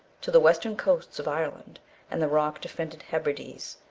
to the western coasts of ireland and the rock defended hebrides,